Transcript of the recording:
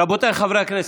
רבותיי חברי הכנסת,